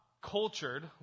cultured